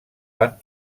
van